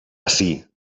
ací